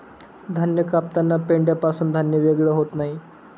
धान्य कापताना पेंढ्यापासून धान्य वेगळे होत नाही